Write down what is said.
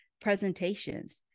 presentations